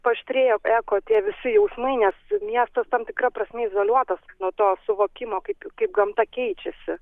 paaštrėjo eko tie visi jausmai nes miestas tam tikra prasme izoliuotas nuo to suvokimo kaip kaip gamta keičiasi